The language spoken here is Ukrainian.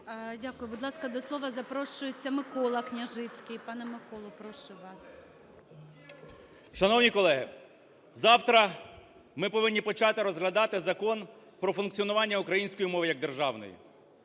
Дякую. Будь ласка, до слова запрошується Микола Княжицький. Пане Миколо, прошу вас. 10:26:30 КНЯЖИЦЬКИЙ М.Л. Шановні колеги, завтра ми повинні почати розглядати Закон про функціонування української мови як державної.